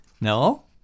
No